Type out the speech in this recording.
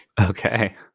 okay